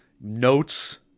notes